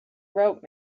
wrote